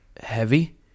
heavy